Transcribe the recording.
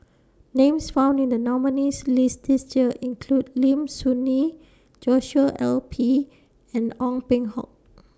Names found in The nominees' list This Year include Lim Soo Ngee Joshua L P and Ong Peng Hock